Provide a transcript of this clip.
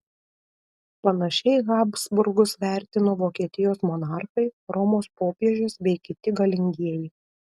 panašiai habsburgus vertino vokietijos monarchai romos popiežius bei kiti galingieji